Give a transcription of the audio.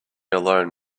alone